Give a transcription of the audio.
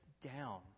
down